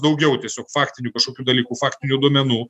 daugiau tiesiog faktinių kažkokių dalykų faktinių duomenų